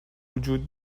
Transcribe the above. وجود